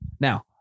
Now